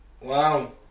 Wow